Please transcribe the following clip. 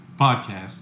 Podcast